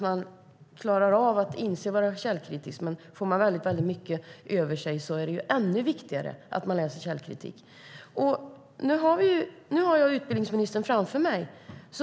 Då klarar man av att vara källkritisk, men får man väldigt mycket över sig är det ännu viktigare att man lär sig källkritik. Nu har jag utbildningsminister Jan Björklund framför mig.